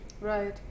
Right